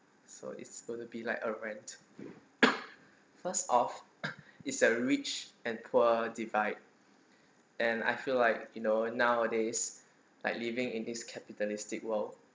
so it's going to be like a rant first off it's a rich and poor divide and I feel like you know nowadays like living in this capitalistic world